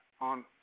on